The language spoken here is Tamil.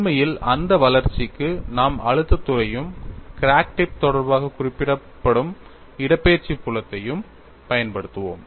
உண்மையில் அந்த வளர்ச்சிக்கு நாம் அழுத்தத் துறையையும் கிராக் டிப் தொடர்பாக குறிப்பிடப்படும் இடப்பெயர்ச்சி புலத்தையும் பயன்படுத்துவோம்